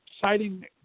Citing